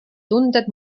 tunded